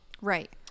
right